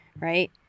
right